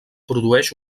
produeix